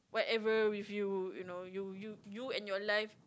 whatever with you you know you you you and your life